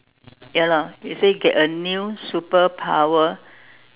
ya lah it say get a new superpower